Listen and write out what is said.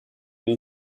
and